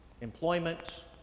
employment